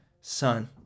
son